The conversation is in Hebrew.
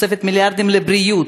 תוספת מיליארדים לבריאות,